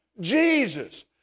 Jesus